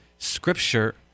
scripture